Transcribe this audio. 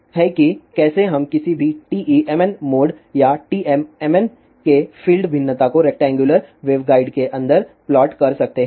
तो यह है कि कैसे हम किसी भी TEmn मोड या TMmn के फील्ड भिन्नता को रेक्टेंगुलर वेवगाइड के अंदर प्लाट कर सकते हैं